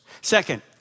Second